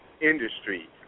industry